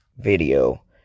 video